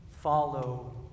Follow